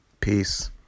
peace